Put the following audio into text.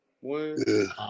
one